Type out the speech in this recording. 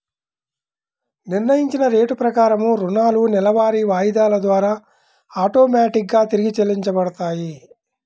నిర్ణయించిన రేటు ప్రకారం రుణాలు నెలవారీ వాయిదాల ద్వారా ఆటోమేటిక్ గా తిరిగి చెల్లించబడతాయి